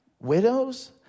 widows